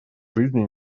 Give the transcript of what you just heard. жизни